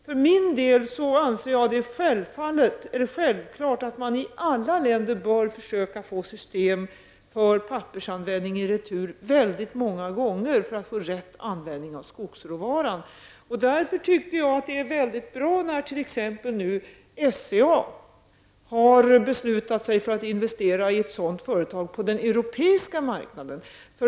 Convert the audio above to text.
För min del anser jag självklart att alla länder skall försöka få system för returpappersanvändning väldigt många gånger för att få rätt användning av skogsråvaran. Därför tycker jag t.ex. att det är väldigt bra när SCA har beslutat sig för att investera i ett sådant företag på den europeiska marknaden.